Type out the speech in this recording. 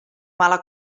mala